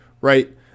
right